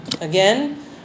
Again